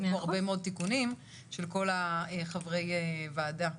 פה הרבה מאוד תיקונים של כל חברי הוועדה.